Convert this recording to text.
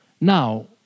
now